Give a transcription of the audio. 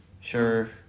Sure